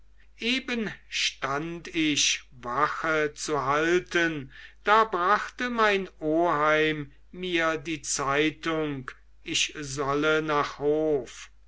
eben stand ich wache zu halten da brachte mein oheim mir die zeitung ich solle nach hof